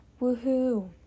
woohoo